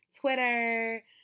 Twitter